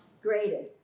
graded